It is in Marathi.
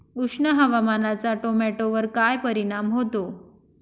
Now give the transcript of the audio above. उष्ण हवामानाचा टोमॅटोवर काय परिणाम होतो?